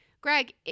Greg